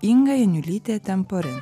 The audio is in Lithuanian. inga janiulytė tamporin